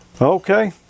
Okay